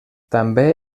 també